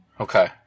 Okay